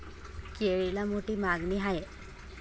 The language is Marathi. केळीला कोठे मागणी आहे?